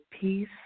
peace